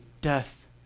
death